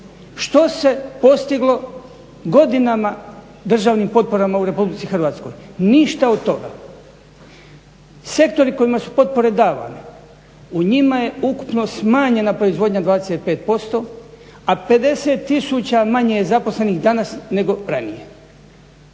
Što se postiglo godinama državnim potporama u Republici Hrvatskoj, ništa od toga. Sektori kojima su potpore davane, u njima je ukupno smanjena proizvodnja 25%, a 50 000 manje zaposlenih danas nego ranije.